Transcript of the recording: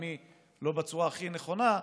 לטעמי לא בצורה הכי נכונה,